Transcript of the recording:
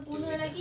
do it